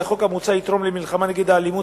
שהחוק המוצע יתרום למלחמה נגד האלימות